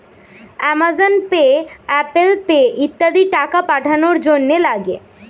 Amazon pay, Apple pay ইত্যাদি টাকা পাঠানোর জন্যে লাগে